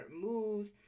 moves